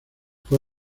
fue